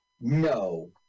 No